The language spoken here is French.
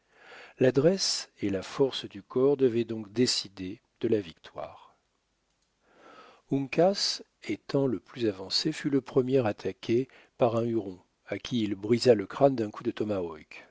l'adresse et la force du corps devaient donc décider de la victoire uncas étant le plus avancé fut le premier attaqué par un huron à qui il brisa le crâne d'un coup de